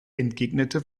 entgegnete